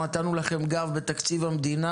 נתנו לכם גב בתקציב המדינה,